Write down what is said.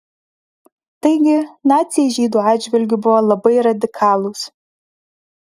taigi naciai žydų atžvilgiu buvo labai radikalūs